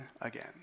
again